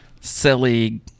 silly